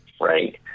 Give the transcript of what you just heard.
right